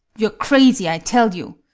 you're crazy, i tell you!